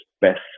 best